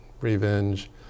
revenge